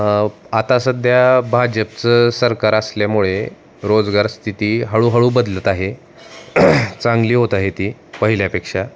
आता सध्या भाजपचं सरकार असल्यामुळे रोजगार स्थिती हळूहळू बदलत आहे चांगली होत आहे ती पहिल्यापेक्षा